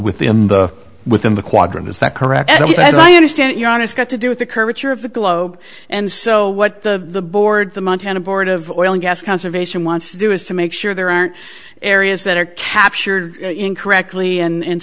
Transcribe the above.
within the within the quadrant is that correct and as i understand your honest got to do with the curvature of the globe and so what the board the montana board of oil and gas conservation wants to do is to make sure there aren't areas that are captured incorrectly and